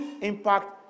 impact